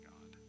God